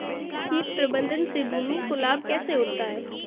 कीट प्रबंधन से भूमि को लाभ कैसे होता है?